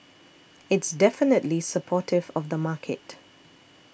it's definitely supportive of the market